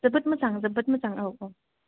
जोबोद मोजां जोबोद मोजां औ औ